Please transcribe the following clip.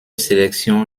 sélection